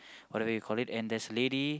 whatever you call it and there's lady